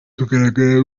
kugaragara